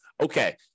okay